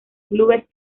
clubes